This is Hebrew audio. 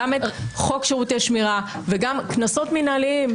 גם את חוק שירותי שמירה וגם קנסות מנהליים.